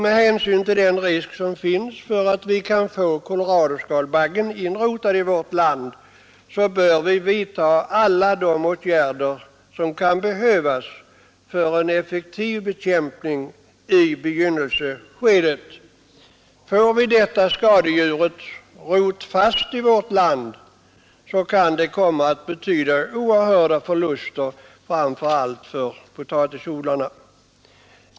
Med hänsyn till den risk som finns att koloradoskalbaggen skall bli inrotad i vårt land bör vi vidta alla de åtgärder som kan behövas för en effektiv bekämpning i begynnelseskedet. Om detta skadedjur blir rotfast i vårt land, kan det komma att betyda oerhörda förluster fram för allt för potatisodlarna.